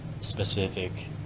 specific